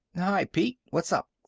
hi, pete. what's up?